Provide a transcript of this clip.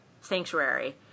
sanctuary